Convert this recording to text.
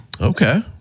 okay